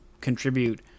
contribute